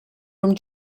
from